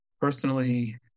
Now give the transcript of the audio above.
personally